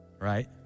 Right